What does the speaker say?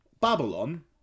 Babylon